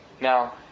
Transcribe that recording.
now